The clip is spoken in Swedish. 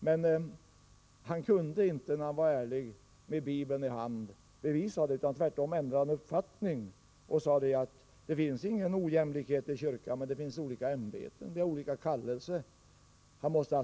Men han kunde inte, när han var ärlig, med Bibeln i hand bevisa detta, utan tvärtom ändrade han uppfattning och sade att det finns ingen ojämlikhet i kyrkan, men det finns olika ämbeten. Vi har olika kallelse.